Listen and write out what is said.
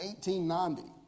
1890